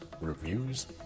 reviews